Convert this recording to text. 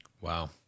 Wow